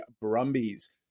Brumbies